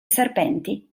serpenti